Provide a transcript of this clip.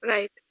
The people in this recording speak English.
Right